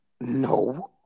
no